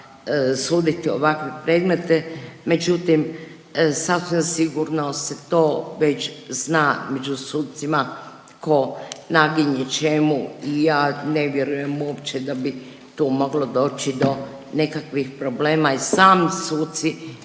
suditi ovakve predmete, međutim sasvim sigurno se to već zna među sucima ko naginje čemu i ja ne vjerujem uopće da bi tu moglo doći do nekakvih problema i sami suci